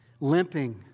limping